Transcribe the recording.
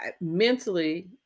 mentally